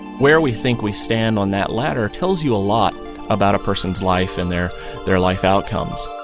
where we think we stand on that ladder tells you a lot about a person's life and their their life outcomes